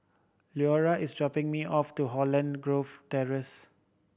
Lurena is dropping me off to Holland Grove Terrace